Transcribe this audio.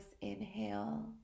Inhale